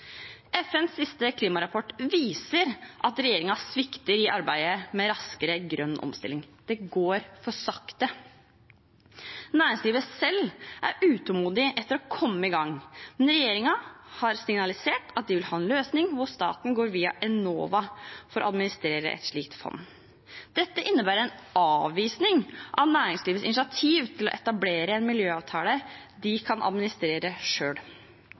FNs siste klimarapport viser at regjeringen svikter i arbeidet med å få en raskere grønn omstilling – det går for sakte. Næringslivet selv er utålmodig etter å komme i gang, men regjeringen har signalisert at de vil ha en løsning hvor staten går via Enova for å administrere et slikt fond. Dette innebærer en avvisning av næringslivets initiativ til å etablere en miljøavtale de kan administrere